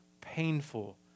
painful